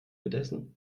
mitessen